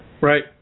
right